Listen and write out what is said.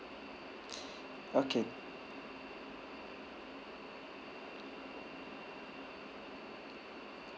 okay